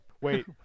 Wait